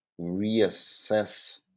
reassess